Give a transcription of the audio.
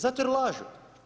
Zato jer lažu.